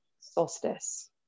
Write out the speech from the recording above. solstice